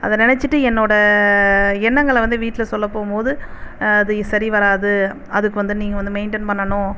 அதை நினச்சிட்டு என்னோட எண்ணங்கள் வந்து வீட்டில் சொல்லப் போகும்போது அது சரி வராது அதுக்கு வந்து நீங்கள் வந்து மெயின்டன் பண்ணணும்